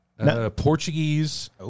Portuguese